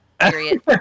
Period